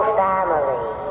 family